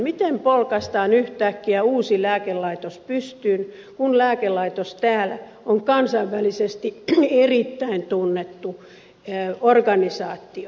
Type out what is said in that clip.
miten polkaistaan yhtäkkiä uusi lääkelaitos pystyyn kun lääkelaitos täällä on kansainvälisesti erittäin tunnettu organisaatio